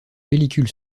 pellicule